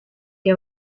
que